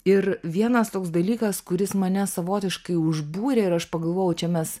ir vienas toks dalykas kuris mane savotiškai užbūrė ir aš pagalvojau čia mes